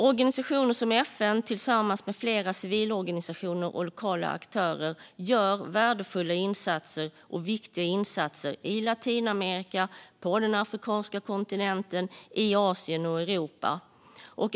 Organisationer som FN tillsammans med flera civilsamhällesorganisationer och lokala aktörer gör värdefulla och viktiga insatser i Latinamerika, på den afrikanska kontinenten, i Asien och i Europa.